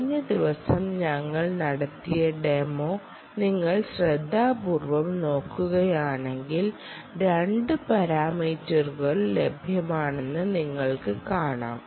കഴിഞ്ഞ ദിവസം ഞങ്ങൾ നടത്തിയ ഡെമോ നിങ്ങൾ ശ്രദ്ധാപൂർവ്വം നോക്കുകയാണെങ്കിൽ 2 പാരാമീറ്ററുകൾ ലഭ്യമാണെന്ന് നിങ്ങൾ കാണും